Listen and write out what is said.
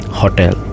hotel